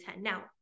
Now